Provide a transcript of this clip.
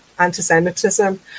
anti-Semitism